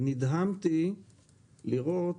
ונדהמתי לראות